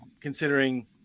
considering